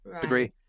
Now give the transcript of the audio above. degree